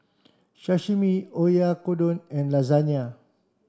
Sashimi Oyakodon and Lasagne